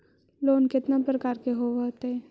Loan केतना प्रकार के होव हइ?